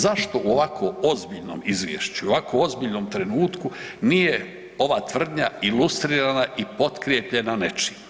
Zašto u ovakvom ozbiljnom izvješću u ovako ozbiljnom trenutku nije ova tvrdnja ilustrirana i potkrepljena nečim?